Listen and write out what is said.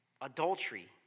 adultery